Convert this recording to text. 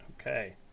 Okay